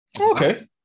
Okay